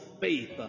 faith